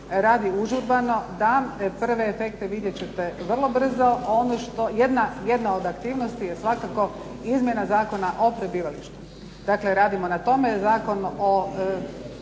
radi užurbano da prve efekte vidjet ćete vrlo brzo. Jedna od aktivnosti je svakako izmjena Zakona o prebivalištu. Dakle, radimo na tome. Izmjene